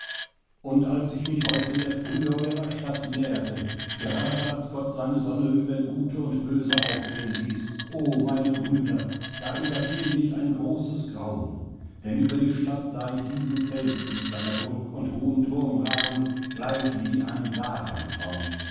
und als ich mich heut in der frühe eurer stadt näherte gerade als gott seine sonne über gute und böse aufgehen ließ o meine brüder da überfiel mich ein großes grauen denn über die stadt sah ich diesen fels mit seiner burg und hohem turm ragen gleich wie ein